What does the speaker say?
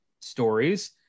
stories